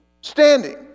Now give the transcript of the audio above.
standing